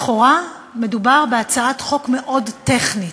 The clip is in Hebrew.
לכאורה, מדובר בהצעת חוק מאוד טכנית.